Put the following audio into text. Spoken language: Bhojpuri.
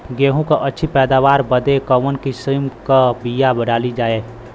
गेहूँ क अच्छी पैदावार बदे कवन किसीम क बिया डाली जाये?